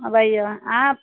अबैए अहाँ